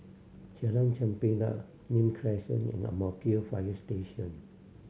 Jalan Chempedak Nim Crescent and Ang Mo Kio Fire Station